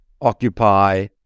occupy